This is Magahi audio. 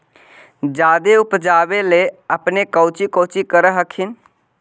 जादे उपजाबे ले अपने कौची कौची कर हखिन?